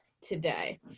today